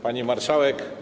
Pani Marszałek!